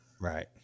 Right